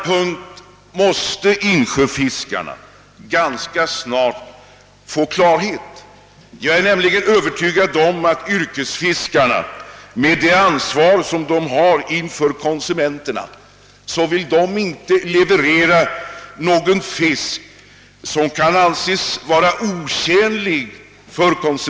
Här måste man ge fiskarna vägledning i denna fråga: Jag är övertygad om att yrkesfiskarna med det ansvar de har mot konsumenterna inte vill leverera fisk som kan anses vara hälsofarlig.